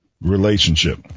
relationship